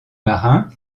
marin